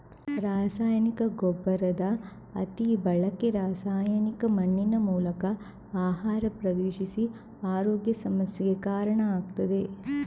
ರಾಸಾಯನಿಕ ಗೊಬ್ಬರದ ಅತಿ ಬಳಕೆ ರಾಸಾಯನಿಕ ಮಣ್ಣಿನ ಮೂಲಕ ಆಹಾರ ಪ್ರವೇಶಿಸಿ ಆರೋಗ್ಯ ಸಮಸ್ಯೆಗೆ ಕಾರಣ ಆಗ್ತದೆ